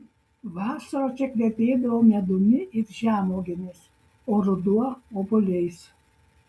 vasara čia kvepėdavo medumi ir žemuogėmis o ruduo obuoliais